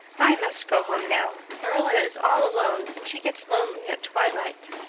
i must go home now. marilla is all alone and she gets lonely at twilight.